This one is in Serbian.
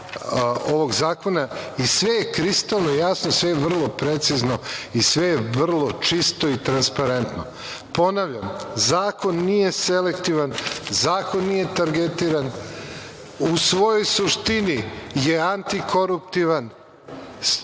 ovog zakona. Sve je kristalno jasno, sve je vrlo precizno i sve je vrlo čisto i transparentno. Ponavljam, zakon nije selektivan, zakon nije targetiran. U svojoj suštini je antikoruptivan.